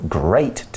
great